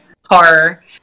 horror